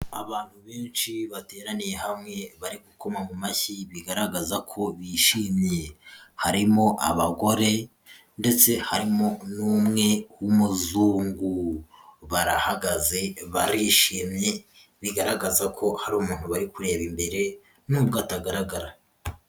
Abantu benshi bateraniye hamwe bari gukoma mu mashyi bigaragaza ko bishimye, harimo abagore ndetse harimo n'umwe w'umuzungu, barahagaze barishimye, bigaragaza ko hari umuntu bari kureba imbere nubwo atagaragara.